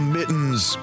Mittens